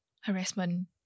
harassment